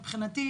מבחינתי,